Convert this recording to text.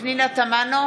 פנינה תמנו,